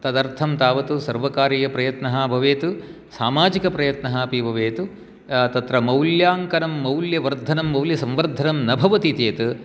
तदर्थं तावत् सर्वकारीयप्रयत्नः भवेत् सामाजिकप्रयत्नः अपि भवेत् तत्र मौल्याङ्कनं मौल्यवर्धनं मौल्यसम्बर्धनं न भवति चेत्